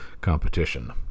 competition